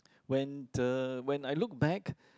when the when I look back